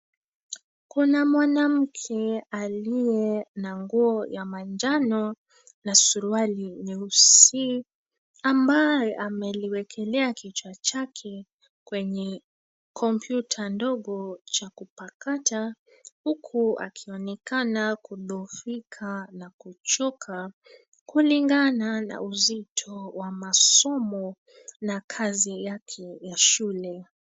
Kuna mwanamke aliye na nguo ya manjano na suruali nyeusi ambaye ameliwekelea kichwa chake kwenye kompyuta ndogo cha kupakata huku akionekana kudhofika na kuchoka kulingana na uzito wa masomo na kazi yake ya shule.